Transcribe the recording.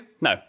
no